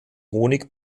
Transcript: honig